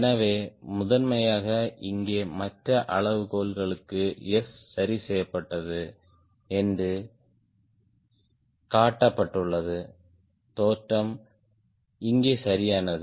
னவே முதன்மையாக இங்கே மற்ற அளவுகோல்களுக்கு S சரி செய்யப்பட்டது என்று காட்டப்பட்டுள்ளது தோற்றம் இங்கே சரியானது